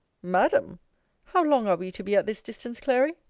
madam how long are we to be at this distance, clary?